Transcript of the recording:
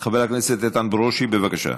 חבר הכנסת איתן ברושי, בבקשה.